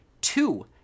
two